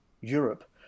Europe